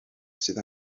sydd